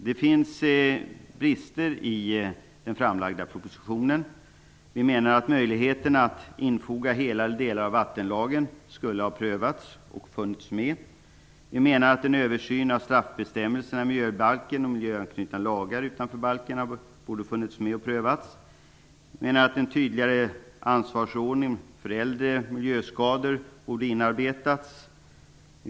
Det finns brister i den framlagda propositionen. Möjligheterna att infoga hela eller delar av vattenlagen skulle ha prövats och funnits med. En översyn av straffbestämmelserna i miljöbalken och miljöanknutna lagar utanför balken borde ha funnits med och prövats. En tydligare ansvarsordning för äldre miljöskador borde ha inarbetats.